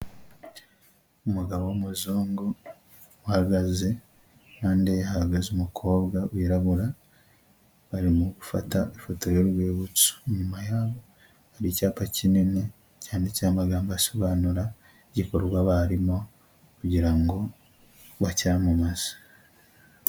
Umugabo w'umuzungu uhagaze, impande ye hahagaze umukobwa wirabura barimo gufata ifoto y'urwibutso, inyuma yabo hari icyapa kinini cyanditseho amagambo asobanura igikorwa barimo kugira ngo bacyamamaze.